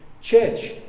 church